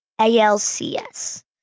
ALCS